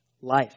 life